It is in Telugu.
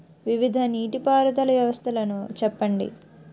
వివిధ నీటి పారుదల వ్యవస్థలను చెప్పండి?